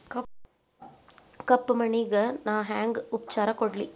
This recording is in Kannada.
ಕಪ್ಪ ಮಣ್ಣಿಗ ನಾ ಹೆಂಗ್ ಉಪಚಾರ ಕೊಡ್ಲಿ?